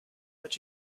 but